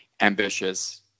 ambitious